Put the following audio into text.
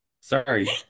sorry